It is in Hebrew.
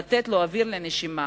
לתת לו אוויר לנשימה